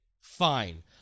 Fine